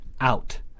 out